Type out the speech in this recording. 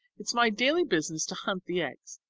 it is my daily business to hunt the eggs.